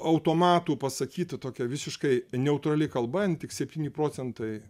automatų pasakyta tokia visiškai neutrali kalba jinai tik septyni procentai